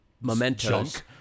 mementos